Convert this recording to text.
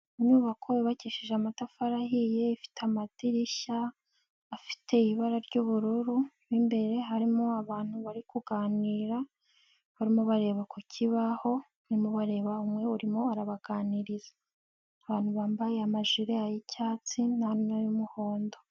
Inyubako yubakishije amatafari ahiye, ifite amadirishya, afite ibara ry'ubururu, mo imbere harimo abantu bari kuganira, barimo bareba ku kibaho, barimo bareba umwe urimo arabaganiriza, abantu bambaye amajire y'icyatsi n'ay'umuhondo.